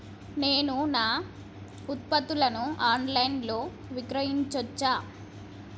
నేను నా ఉత్పత్తులను ఆన్ లైన్ లో విక్రయించచ్చా?